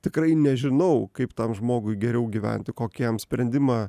tikrai nežinau kaip tam žmogui geriau gyventi kokį jam sprendimą